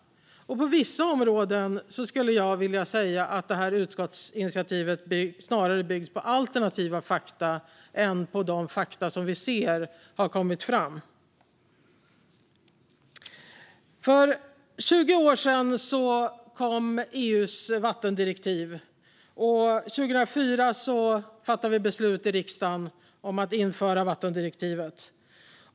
På vissa områden skulle jag vilja säga att utskottsinitiativet snarare bygger på alternativa fakta än på de fakta som vi ser har kommit fram. EU:s vattendirektiv kom för 20 år sedan, och 2004 fattade vi i riksdagen beslut om att införa det.